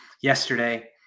yesterday